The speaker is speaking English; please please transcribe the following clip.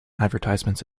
advertisements